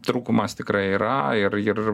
trūkumas tikrai yra ir ir